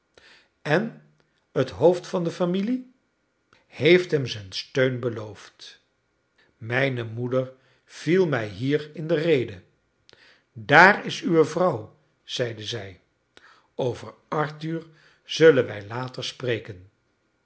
en het hoofd van de familie heeft hem zijn steun beloofd mijne moeder viel mij hier in de rede daar is uwe vrouw zeide zij over arthur zullen wij later spreken